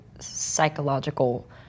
psychological